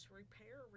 repair